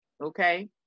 okay